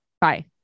Bye